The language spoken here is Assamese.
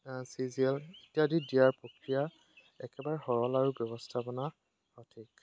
চি জি এল ইত্যাদি দিয়াৰ প্ৰক্ৰিয়া একেবাৰে সৰল আৰু ব্যৱস্থাপনা সঠিক